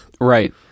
Right